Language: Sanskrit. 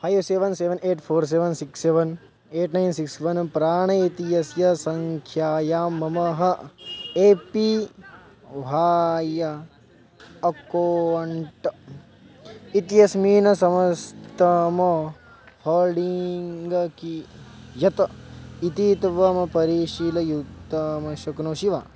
five seven seven eight four seven six seven eight nine six one PRAN इत्यस्य सङ्ख्यायां मम ए पी ह्वाय अकोवण्ट् इत्यस्मिन् समस्तं होल्डीङ्ग कियत् इति त्वमं परिशीलयितुं शक्नोषि वा